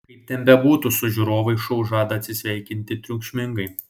kaip ten bebūtų su žiūrovais šou žada atsisveikinti triukšmingai